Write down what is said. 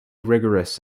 rigorous